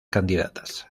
candidatas